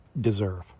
deserve